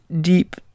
deep